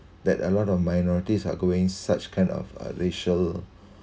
that amount of minorities are going such kind of uh racial